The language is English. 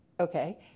Okay